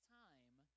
time